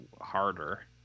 harder